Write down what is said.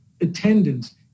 attendance